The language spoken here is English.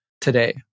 today